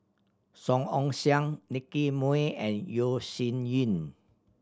Song Ong Siang Nicky Moey and Yeo Shih Yun